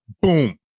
boom